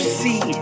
see